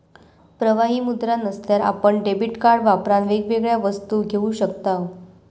प्रवाही मुद्रा नसल्यार आपण डेबीट कार्ड वापरान वेगवेगळ्या वस्तू घेऊ शकताव